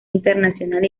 internacional